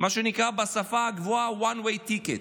מה שנקרא בשפה הגבוהה one way ticket,